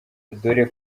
dore